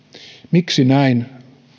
miksi näin